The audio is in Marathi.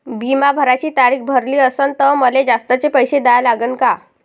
बिमा भराची तारीख भरली असनं त मले जास्तचे पैसे द्या लागन का?